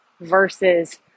versus